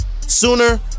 sooner